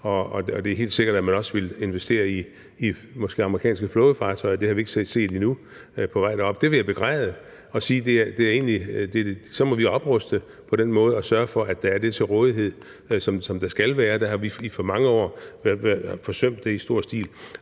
og det er helt sikkert, at man også vil investere i måske amerikanske flådefartøjer. Det har vi ikke set endnu på vej derop, men det vil jeg begræde og sige, at vi så må opruste på den måde og sørge for, at der er det til rådighed, som der skal være. Vi har i for mange år forsømt det i stor stil.